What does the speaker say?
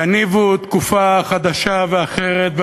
יניב תקופה חדשה ואחרת.